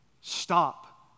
stop